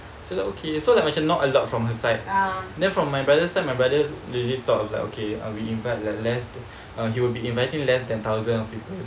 so like okay so let me turn not a from her sight then from my brothers and my brother did he thought was like okay ah we invite the less you will be inviting less than thousand